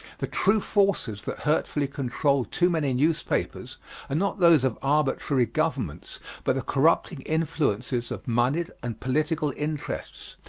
the true forces that hurtfully control too many newspapers are not those of arbitrary governments but the corrupting influences of moneyed and political interests,